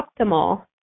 optimal